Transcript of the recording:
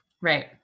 right